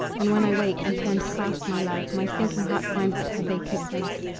and when i wake, and turn to clasp my love my sinking heart finds but her vacant place.